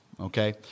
Okay